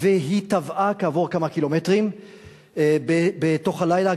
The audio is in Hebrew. והיא טבעה כעבור כמה קילומטרים בתוך הלילה,